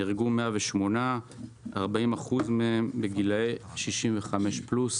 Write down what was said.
108 נהרגו ו-40% בגילאי 65 פלוס,